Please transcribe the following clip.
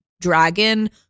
dragon